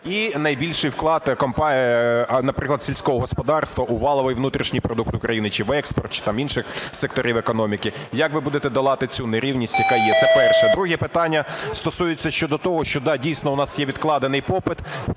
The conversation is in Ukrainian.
і найбільший вклад, наприклад, сільського господарства у валовий внутрішній продукт України: чи в експорт, чи там інших секторів економіки. Як ви будете долати цю нерівність, яка є? Це перше питання. Друге питання стосується щодо того, що да, дійсно, в нас є відкладений попит,